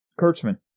Kurtzman